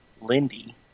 Lindy